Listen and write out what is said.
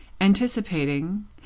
anticipating